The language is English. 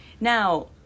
Now